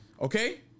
Okay